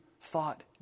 thought